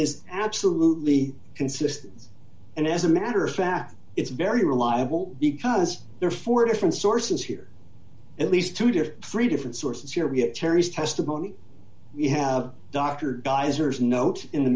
is absolutely consistent and as a matter of fact it's very reliable because there are four different sources here at least two to three different sources here get cherrie's testimony we have dr dies or is note in the